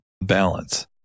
balance